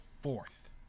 fourth